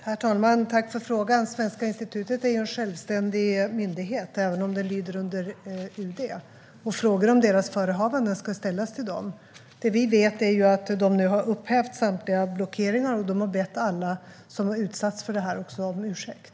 Herr talman! Jag tackar för frågan. Svenska institutet är en självständig myndighet, även om den lyder under UD. Frågor om myndighetens förehavanden ska ställas till den. Det vi vet är att man nu har upphävt samtliga blockeringar och bett alla som utsatts för detta om ursäkt.